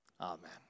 Amen